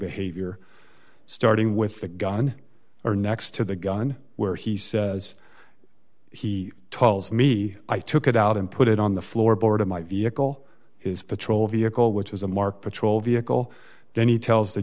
behavior starting with the gun or next to the gun where he says he told me i took it out and put it on the floorboard of my vehicle his patrol vehicle which was a marked patrol vehicle then he tells the